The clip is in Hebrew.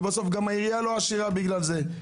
ובסוף גם העירייה לא עשירה בגלל זה.